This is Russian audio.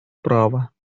права